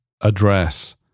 address